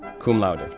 cum laude,